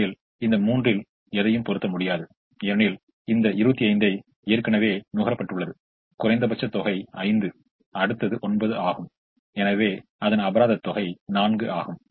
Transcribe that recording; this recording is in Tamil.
ஏனெனில் இந்த 3 இல் எதையும் பொறுத்த முடியாது ஏனெனில் இந்த 25 ஏற்கனவே நுகரப்பட்டுள்ளது குறைந்தபட்சம் தொகை 5 அடுத்தது 9 ஆகும் எனவே அபராதம் தொகை 4 ஆகும்